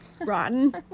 Rotten